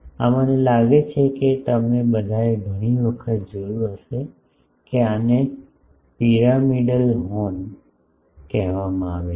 આ મને લાગે છે કે તમે બધાએ ઘણી વખત જોયું હશે કે આને પિરામિડલ હોર્ન કહેવામાં આવે છે